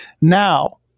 Now